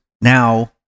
now